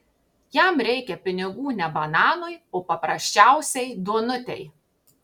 jam reikia pinigų ne bananui o paprasčiausiai duonutei